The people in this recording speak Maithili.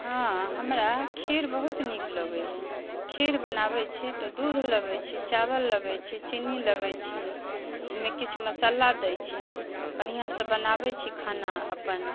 हाँ हमरा खीर बहुत नीक लगैय खीर बनाबै छी तऽ दूध लबै छी चावल लबै छी चीन्नी लबै छी ओइमे किछु मसल्ला दै छी बढ़िआँसँ बनाबै छी खाना अपन